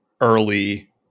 early